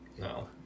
No